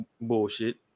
bullshit